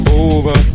over